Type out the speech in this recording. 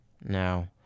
Now